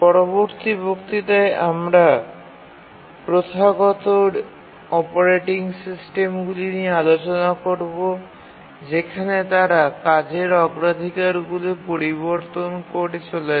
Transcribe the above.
পরবর্তী বক্তৃতায় আমরা প্রথাগত অপারেটিং সিস্টেমগুলি নিয়ে আলোচনা করব যেখানে তারা কাজের অগ্রাধিকারগুলি পরিবর্তন করে চলেছে